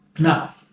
Now